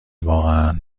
واقعا